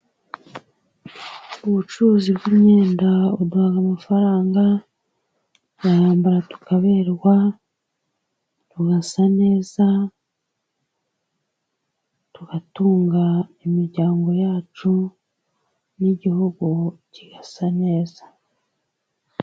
Ubucuruzi bw'imyenda buduha amafaranga, tukambara tukaberwa tugasa neza, tugatunga imiryango yacu n'igihugu kigasa neza.